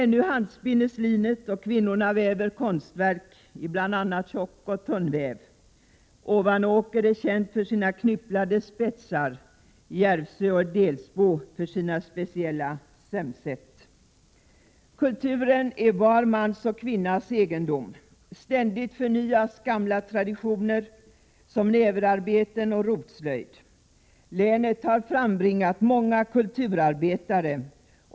Ännu handspinnes linet, och kvinnorna väver konstverk i bl.a. tjockoch tunnväv. Ovanåker är känt för sina knypplade spetsar, Järvsö och Delsbo för sina speciella sömsätt. Kulturen är var mans och kvinnas egendom. Ständigt förnyas gamla 9 traditioner, t.ex. när det gäller näverarbeten och rotslöjd. Länet har frambringat många kulturarbetare.